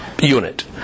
unit